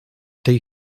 tej